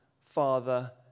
Father